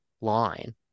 line